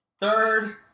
Third